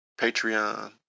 Patreon